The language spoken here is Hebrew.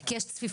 כי יש צפיפות.